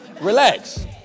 Relax